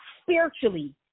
spiritually